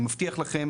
אני מבטיח לכם,